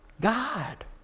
God